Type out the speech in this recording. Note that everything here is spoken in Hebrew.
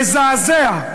מזעזע.